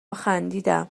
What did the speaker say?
خندیدم